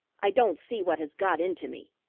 i don't see what has got into me!